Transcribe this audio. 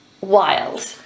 wild